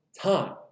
time